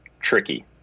tricky